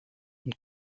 und